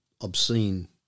obscene